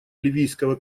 ливийского